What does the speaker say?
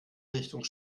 richtung